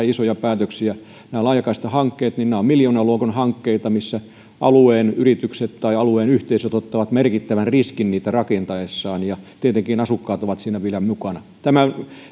isoja päätöksiä nämä laajakaistahankkeet ovat miljoonaluokan hankkeita joissa alueen yritykset tai alueen yhteisöt ottavat merkittävän riskin niitä rakentaessaan tietenkin asukkaat ovat siinä vielä mukana tämä